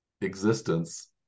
existence